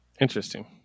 Interesting